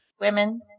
women